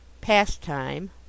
pastime